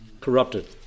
corrupted